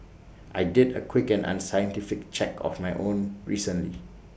I did A quick and unscientific check of my own recently